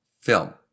film